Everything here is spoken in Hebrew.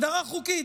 הגדרה חוקית: